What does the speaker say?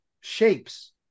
shapes